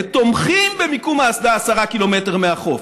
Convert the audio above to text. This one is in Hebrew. ותומכים במיקום האסדה 10 קילומטר מהחוף